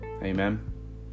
amen